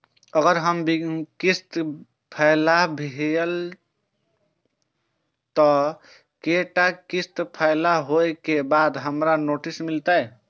अगर हमर किस्त फैल भेलय त कै टा किस्त फैल होय के बाद हमरा नोटिस मिलते?